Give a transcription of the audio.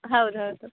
ಹೌದು ಹೌದು